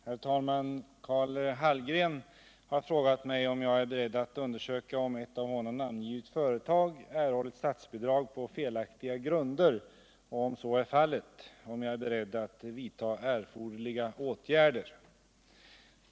Herr talman! Karl Hallgren har frågat mig om jag är beredd att undersöka om ett av honom namngivet företag erhållit statsbidrag på felaktiga grunder och, om så är fallet, om jag är beredd att vidta erforderliga åtgärder.